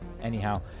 anyhow